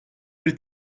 bir